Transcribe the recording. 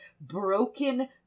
broken